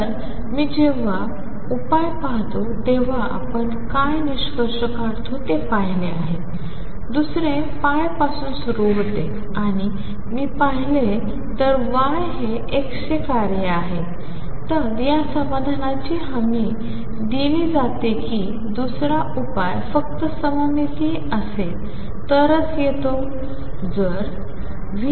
तर जेव्हा मी उपाय पाहतो तेव्हा आपण काय निष्कर्ष काढतो हे पहिले आहे दुसरे π पासून सुरू होते आणि जर मी पाहिले तर y हे x चे कार्य आहे तर या समाधानाची हमी दिली जाते की दुसरा उपाय फक्त सममितीय असेल तरच येतो